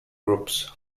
groups